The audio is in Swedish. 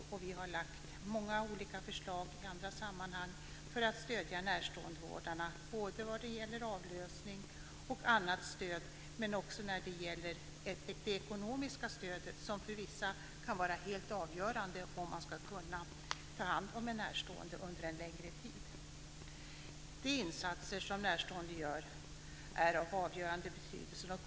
Vi har framfört många olika förslag i andra sammanhang för att stödja närståendevårdarna både vad gäller avlösning och det ekonomiska stödet. Det senare kan för vissa vara helt avgörande för om de ska kunna ta hand om en närstående under en längre tid. De insatser som närstående gör är av avgörande betydelse.